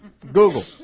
Google